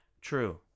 True